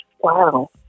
Wow